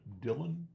Dylan